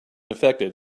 infected